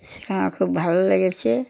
সেখানে খুব ভালো লেগেছে